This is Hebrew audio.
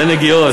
זה נגיעות,